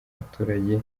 baturage